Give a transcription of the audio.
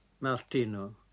Martino